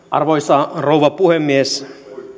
arvoisa rouva puhemies